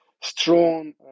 strong